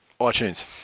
iTunes